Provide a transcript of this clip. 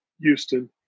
Houston